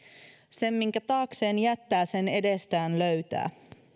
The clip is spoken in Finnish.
sen minkä taakseen jättää sen edestään löytää